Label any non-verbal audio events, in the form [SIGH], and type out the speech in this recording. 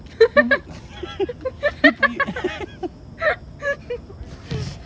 [LAUGHS]